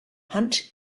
hunt